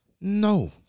No